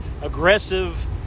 aggressive